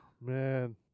man